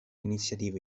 iniziative